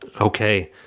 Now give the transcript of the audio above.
Okay